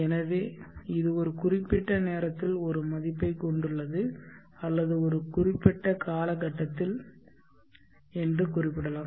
எனவே இது ஒரு குறிப்பிட்ட நேரத்தில் ஒரு மதிப்பைக் கொண்டுள்ளது அல்லது ஒரு குறிப்பிட்ட கால கட்டத்தில் இன்று குறிப்பிடலாம்